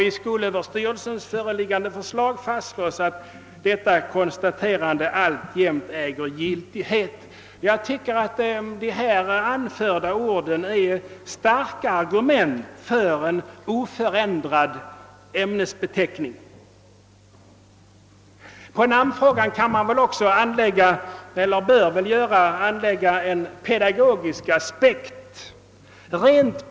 I skolöverstyrelsens föreliggande förslag fastslås att detta konstaterande alltjämt äger giltighet. Jag tycker att de här anförda orden ur skolberedningens betänkande är starka argument för en oförändrad ämnesbeteckning. På namnfrågan bör man väl också anlägga en pedagogisk aspekt.